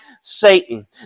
Satan